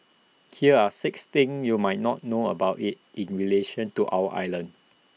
here are six things you might not know about IT in relation to our island